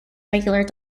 regular